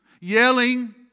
yelling